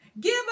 Give